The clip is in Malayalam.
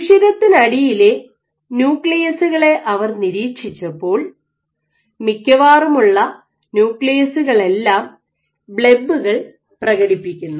സുഷിരത്തിനടിയിലെ ന്യൂക്ലിയസുകളെ അവർ നിരീക്ഷിച്ചപ്പോൾ മിക്കവാറുമുള്ള ന്യൂക്ലിയസുകളെല്ലാം ബ്ലെബുകൾ Blebs പ്രകടിപ്പിക്കുന്നു